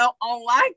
Online